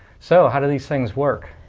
so how do these things work?